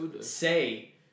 say